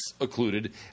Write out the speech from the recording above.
occluded